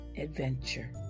adventure